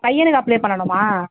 பையனுக்கு அப்ளை பண்ணணுமா